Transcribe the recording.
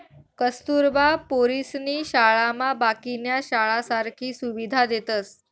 कस्तुरबा पोरीसनी शाळामा बाकीन्या शाळासारखी सुविधा देतस